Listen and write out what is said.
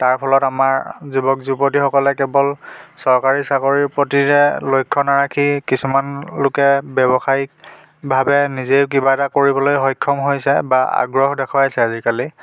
তাৰ ফলত আমাৰ যুৱক যুৱতীসকলে কেৱল চৰকাৰী চাকৰি প্ৰতি যে লক্ষ্য নাৰাখি কিছুমান লোকে ব্যৱসায়ীকভাৱে নিজে কিবা এটা কৰিবলৈ সক্ষম হৈছে বা আগ্ৰহ দেখুৱাইছে আজিকালি